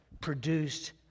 produced